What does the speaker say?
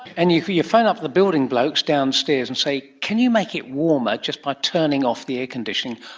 and you you phone up the building blokes downstairs and say, can you make it warmer just by turning off the air conditioning?